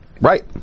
Right